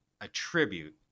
attribute